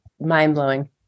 mind-blowing